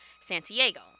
Santiago